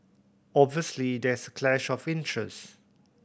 obviously there is clash of interest